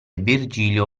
virgilio